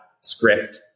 script